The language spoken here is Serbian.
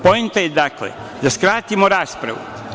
Poenta je, dakle, da skratimo raspravu.